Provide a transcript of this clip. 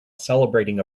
celebrating